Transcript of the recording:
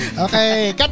okay